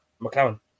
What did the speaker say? McLaren